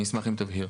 אני אשמח אם תבהיר.